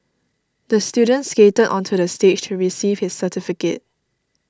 the student skated onto the stage to receive his certificate